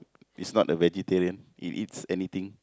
he's not a vegetarian he eats anything